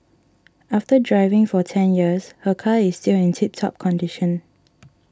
after driving for ten years her car is still in tip top condition